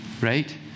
right